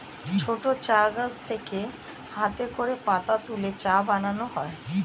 ছোট চা গাছ থেকে হাতে করে পাতা তুলে চা বানানো হয়